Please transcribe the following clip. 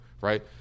right